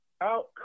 out